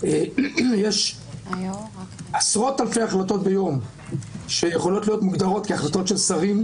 יש עשרות אלפי החלטות ביום שיכולות להיות מוגדרות כהחלטות של שרים.